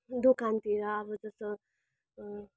दोकानतिर अब जस्तो